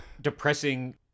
depressing